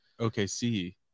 okc